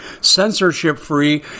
censorship-free